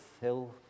Hill